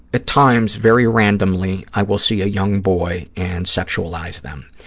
at times, very randomly, i will see a young boy and sexualize them.